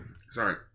sorry